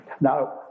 Now